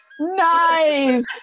nice